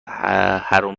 حروم